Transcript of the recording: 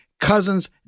cousin's